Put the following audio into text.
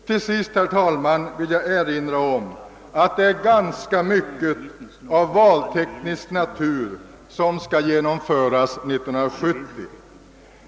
Till sist, herr talman, vill jag erinra om att det är ganska mycket av valteknisk natur som skall genomföras 1970.